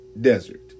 desert